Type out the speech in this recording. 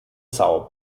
são